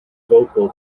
vocal